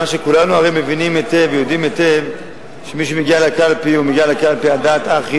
שכולנו מבינים היטב ויודעים היטב שמי שמגיע לקלפי מגיע על דעת,